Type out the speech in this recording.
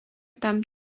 tam